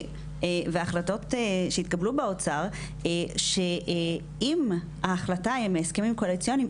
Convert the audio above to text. והחלטות שהתקבלו באוצר שעם ההחלטה עם ההסכמים הקואליציוניים,